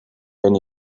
wenn